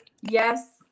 Yes